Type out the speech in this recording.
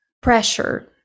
pressure